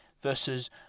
versus